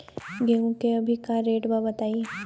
गेहूं के अभी का रेट बा बताई?